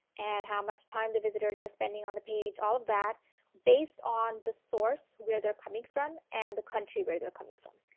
and how much time the visitors are spending on the page, all of that based on the source where they are coming from and the country where they are coming from.